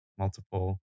multiple